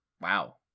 Wow